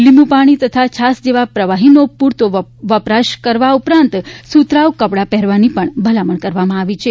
લીંબુપાણી તથા છાશ જેવા પ્રવાહીનો પૂરતો વપરાશ કરવા ઉપરાંત સતરાઉ કપડાં પહેરવાની ભલામણ કરવામાં આવી છે